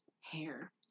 Hair